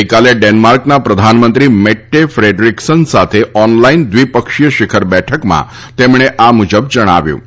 ગઈકાલે ડેન્માર્કના પ્રધાનમંત્રી મેટ્ટે ફેડરીક્સન સાથે ઓનલાઇન દ્વિપક્ષીય શીખર બેઠકમાં તેમણે આ મુજબ જણાવ્યું હતું